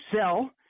sell